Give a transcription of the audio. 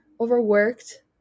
overworked